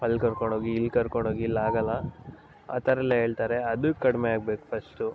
ಅಲ್ಲಿ ಕರ್ಕೊಂಡೋಗಿ ಇಲ್ಲಿ ಕರ್ಕೊಂಡೋಗಿ ಇಲ್ಲಿ ಆಗಲ್ಲ ಆ ಥರಯೆಲ್ಲ ಹೇಳ್ತಾರೆ ಅದು ಕಡಿಮೆ ಆಗ್ಬೇಕು ಫಸ್ಟು